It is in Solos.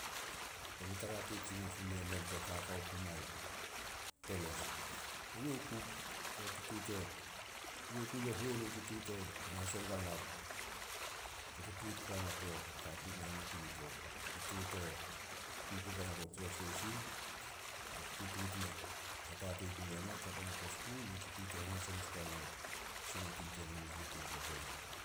Bemu tara poit as muemen ke kakao ku muai peles. Eyouh ku, o huenu o tutuut e hahaso guanao, to katuun nahen napinipo. Tutuut e kui pugua na to trensleisin, ao tutuut i hatatei pume na, ka pumea na to skul, yo tutuut hahaso mes gua na o sumatin temen nahen napinipo temen.